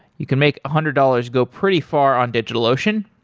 you can make a hundred dollars go pretty far on digitalocean.